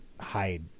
hide